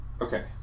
Okay